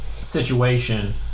situation